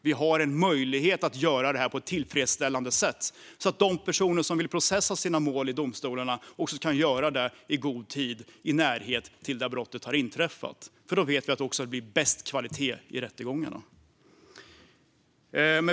Vi har en möjlighet att göra det här på ett tillfredsställande sätt så att de personer som vill processa sina mål i domstolarna också kan göra det tidsmässigt i nära anslutning till när brottet inträffade, för då vet vi att det också blir bäst kvalitet i rättegångarna.